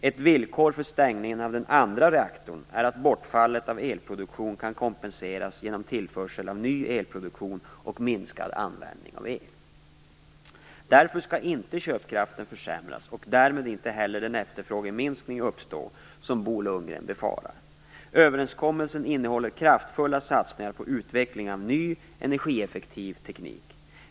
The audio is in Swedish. Ett villkor för stängningen av den andra reaktorn är att bortfallet av elproduktionen kan kompenseras genom tillförsel av ny elproduktion och minskad användning av el. Därför skall inte köpkraften försämras, och därmed inte heller den efterfrågeminskning uppstå, som Bo Lundgren befarar. Överenskommelsen innehåller kraftfulla satsningar på utvecklingen av ny, energieffektiv teknik.